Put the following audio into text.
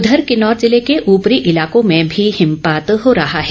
उधर किन्नौर जिले के ऊपरी इलाकों में भी हिमपात हो रहा है